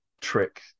trick